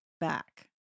back